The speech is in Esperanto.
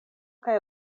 kaj